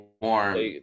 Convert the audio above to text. warm